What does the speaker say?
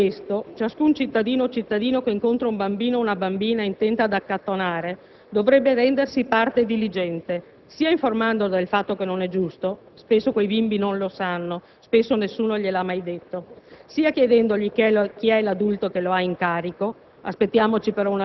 accanto a questo, ciascun cittadino o cittadina che incontra una bambina o un bambino intenti ad accattonare dovrebbe rendersi parte diligente sia informandoli del fatto che non è giusto (spesso quei bimbi non lo sanno, spesso nessuno glielo ha mai detto), sia chiedendo loro chi è l'adulto che li ha in carico